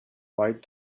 white